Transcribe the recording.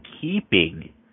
keeping